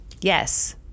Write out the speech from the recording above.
yes